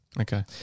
Okay